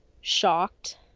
shocked